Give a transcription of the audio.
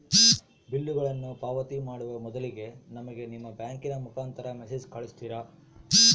ಬಿಲ್ಲುಗಳನ್ನ ಪಾವತಿ ಮಾಡುವ ಮೊದಲಿಗೆ ನಮಗೆ ನಿಮ್ಮ ಬ್ಯಾಂಕಿನ ಮುಖಾಂತರ ಮೆಸೇಜ್ ಕಳಿಸ್ತಿರಾ?